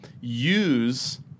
use